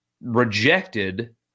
rejected